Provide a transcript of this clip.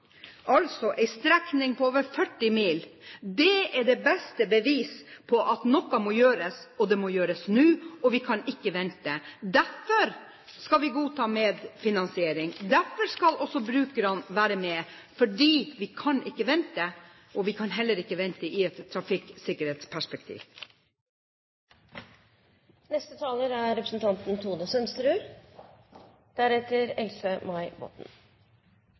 altså en strekning på over 40 mil. Det er det beste bevis på at noe må gjøres, og at det må gjøres nå. Vi kan ikke vente. Derfor skal vi godta medfinansiering, derfor skal også brukerne være med, for vi ikke kan vente, og vi kan heller ikke vente ut fra et trafikksikkerhetsperspektiv. Representanten